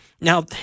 Now